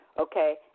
Okay